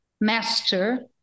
master